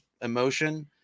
emotion